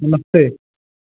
नमस्ते